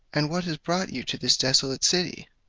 and what has brought you to this desolate city?